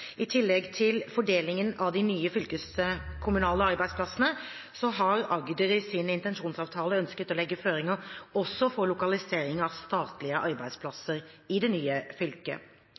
I tillegg til fordelingen av de nye fylkeskommunale arbeidsplassene har Agder i sin intensjonsavtale ønsket å legge føringer også for lokalisering av statlige arbeidsplasser i det nye fylket.